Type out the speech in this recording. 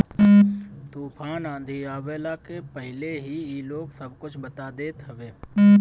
तूफ़ान आंधी आवला के पहिले ही इ लोग सब कुछ बता देत हवे